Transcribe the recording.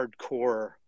hardcore